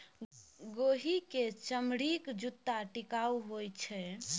गोहि क चमड़ीक जूत्ता टिकाउ होए छै